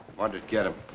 what did it get him?